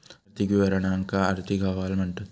आर्थिक विवरणांका आर्थिक अहवाल म्हणतत